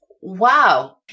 Wow